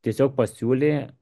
tiesiog pasiūlė